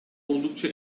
oldukça